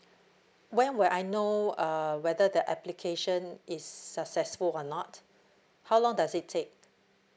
when will I know uh whether the application is successful or not how long does it take